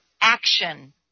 action